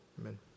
amen